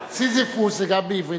סיזיפוס זה גם בעברית,